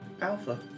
Alpha